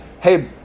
hey